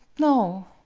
no!